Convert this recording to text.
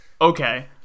okay